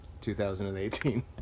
2018